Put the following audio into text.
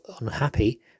unhappy